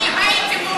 אני הייתי באולם.